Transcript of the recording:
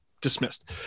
Dismissed